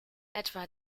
etwa